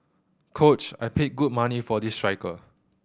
coach I paid good money for this striker